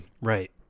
Right